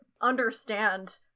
understand